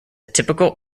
typical